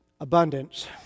abundance